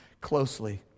closely